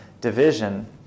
division